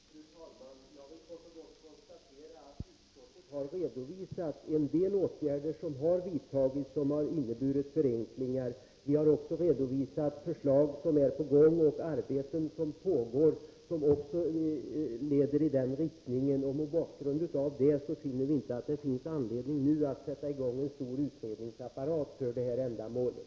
Fru talman! Jag vill kort och gott konstatera att utskottet har redovisat en del åtgärder som har vidtagits och som har inneburit förenklingar. Vi har vidare redovisat förslag som är på gång och arbeten som pågår, vilka också leder i den riktningen. Mot bakgrund av detta finner vi inte att det finns anledning att nu sätta i gång en stor utredningsapparat för det här ändamålet.